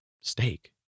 Steak